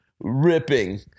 ripping